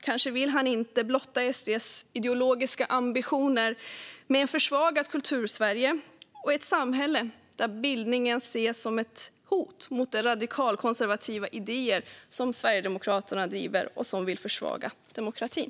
Kanske vill han inte blotta Sverigedemokraternas ideologiska ambitioner om ett försvagat Kultursverige och ett samhälle där bildningen ses som ett hot mot de radikalkonservativa idéer som Sverigedemokraterna driver och som vill försvaga demokratin.